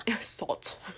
Salt